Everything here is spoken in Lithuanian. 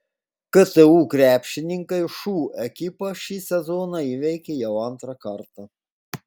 ktu krepšininkai šu ekipą šį sezoną įveikė jau antrą kartą